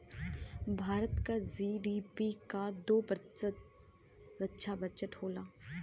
भारत क जी.डी.पी क दो प्रतिशत रक्षा बजट होला